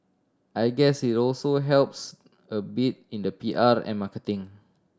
I guess it also helps a bit in the P R and marketing